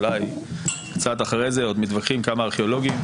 אולי קצת אחרי עוד מתווכחים כמה ארכיאולוגים.